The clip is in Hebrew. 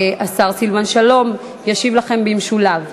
השר סילבן שלום ישיב לכם במשולב.